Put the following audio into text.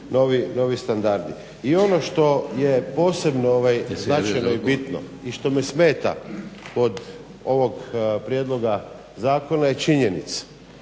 I ono što je posebno značajno i bitno i što me smeta kod ovog prijedloga zakona je činjenica